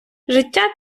життя